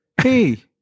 Hey